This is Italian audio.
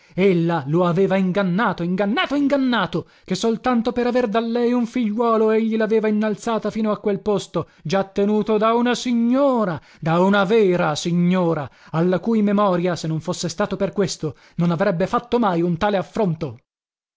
floridezza ella lo aveva ingannato ingannato ingannato che soltanto per aver da lei un figliuolo egli laveva innalzata fino a quel posto già tenuto da una signora da una vera signora alla cui memoria se non fosse stato per questo non avrebbe fatto mai un tale affronto